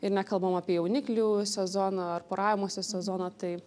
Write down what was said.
ir nekalbam apie jauniklių sezoną ar poravimosi sezoną tai